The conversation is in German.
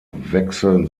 wechseln